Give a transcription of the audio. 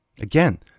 Again